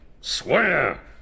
Swear